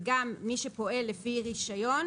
וגם מי שפועל רפי רישיון,